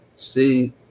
See